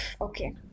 okay